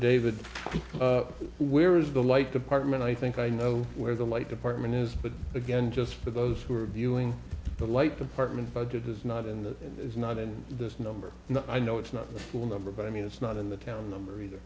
david where is the light department i think i know where the light department is but again just for those who are viewing the light department budget is not in the is not in this number i know it's not the full number but i mean it's not in the town number either